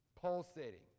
pulsating